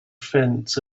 fence